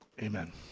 Amen